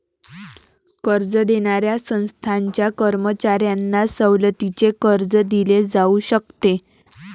कर्ज देणाऱ्या संस्थांच्या कर्मचाऱ्यांना सवलतीचे कर्ज दिले जाऊ शकते